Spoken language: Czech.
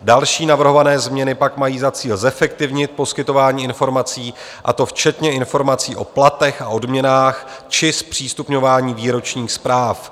Další navrhované změny pak mají za cíl zefektivnit poskytování informací, a to včetně informací o platech a odměnách či zpřístupňování výročních zpráv.